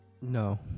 No